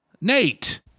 Nate